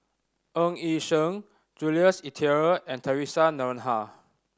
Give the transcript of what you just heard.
Eg Yi Sheng Jules Itier and Theresa Noronha